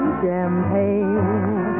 champagne